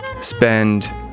spend